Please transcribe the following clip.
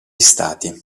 stati